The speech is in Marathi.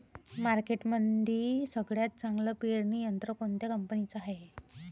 मार्केटमंदी सगळ्यात चांगलं पेरणी यंत्र कोनत्या कंपनीचं हाये?